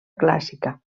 clàssica